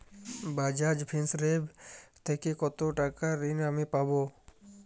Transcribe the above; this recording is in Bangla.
বাজাজ ফিন্সেরভ থেকে কতো টাকা ঋণ আমি পাবো?